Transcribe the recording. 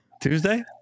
Tuesday